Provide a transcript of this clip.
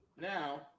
Now